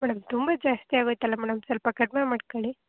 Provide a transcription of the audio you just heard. madam ತುಂಬ ಜಾಸ್ತಿ ಆಗೋಯಿತಲ್ಲ ಮೇಡಮ್ ಸ್ವಲ್ಪ ಕಡಿಮೆ ಮಾಡ್ಕೊಳ್ಳಿ